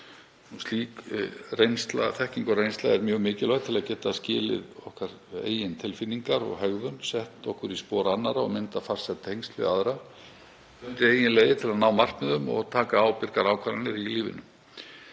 Slík þekking og reynsla er mjög mikilvæg til að geta skilið eigin tilfinningar og hegðun, sett okkur í spor annarra og myndað farsæl tengsl við aðra, fundið eigin leið til að ná markmiðum og taka ábyrgar ákvarðanir í lífinu.